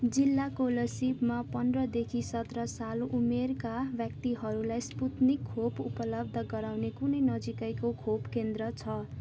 जिल्ला कोलासिबमा पन्ध्रदेखि सत्र साल उमेरका व्यक्तिहरूलाई स्पुत्निक खोप उपलब्ध गराउने कुनै नजिकैको खोप केन्द्र छ